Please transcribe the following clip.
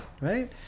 Right